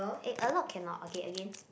eh a lot cannot okay again